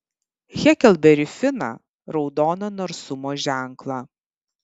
heklberį finą raudoną narsumo ženklą